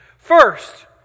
First